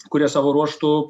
kurie savo ruožtu